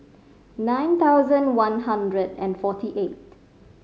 nine thousand one hundred and forty eight